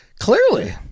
Clearly